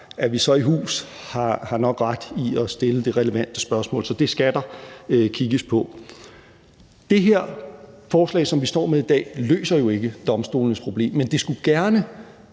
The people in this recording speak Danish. om vi så er i hus, har nok ret i at stille det relevante spørgsmål. Så det skal der kigges på. Det her forslag, som vi står med i dag, løser jo ikke domstolenes problem, men det skulle gerne